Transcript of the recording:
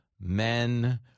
men